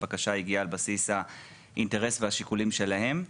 הבקשה הגיעה על בסיס האינטרס והשיקולים שלהם,